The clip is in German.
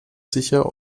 sicher